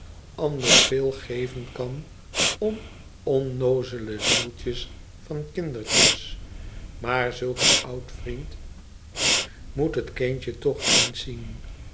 anders veel geven kan om onnoozele zieltjes van kindertjes maar zulk een oud vriend moet het kindje toch eens zien